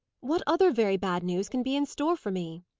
what other very bad news can be in store for me?